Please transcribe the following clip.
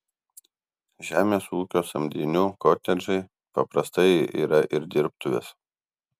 žemės ūkio samdinių kotedžai paprastai yra ir dirbtuvės